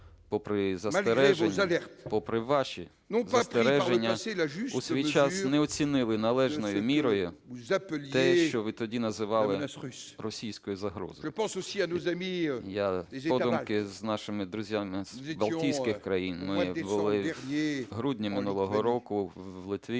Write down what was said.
попри ваші застереження, у свій час не оцінили належною мірою те, що ви тоді називали російською загрозою. Я подумки з нашими друзями з балтійських країн. Ми були в грудні минулого року в Литві.